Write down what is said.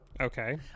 Okay